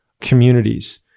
communities